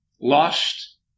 Lost